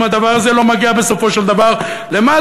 אם הדבר הזה לא מגיע בסופו של דבר למטה.